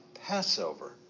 Passover